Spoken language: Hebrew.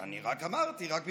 אני רק אמרתי, רק ביקשתי.